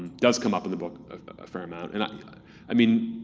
does come up in the book a fair amount. and i ah i mean,